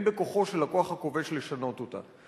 ואין בכוחו של הכוח הכובש לשנות אותה.